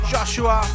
Joshua